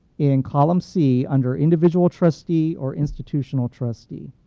in column c under individual trustee or institutional trustee.